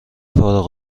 فارغ